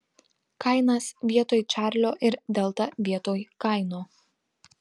kainas vietoj čarlio ir delta vietoj kaino